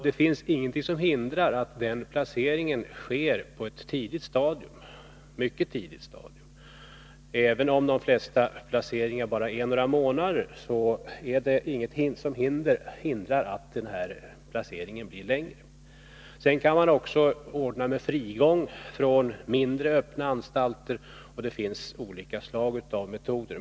Det finns ingenting som hindrar att den placeringen sker på ett mycket tidigt stadium. Även om de flesta placeringar bara gäller några månader finns det ingenting som hindrar att placeringen kommer att omfatta en längre tidsperiod. Man kan också ordna med frigång från mindre öppna anstalter, och det finns olika slag av metoder.